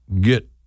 get